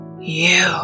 You